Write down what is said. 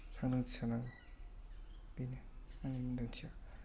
सांग्रांथि थानांगौ बेनो आंनि मोन्दांथिया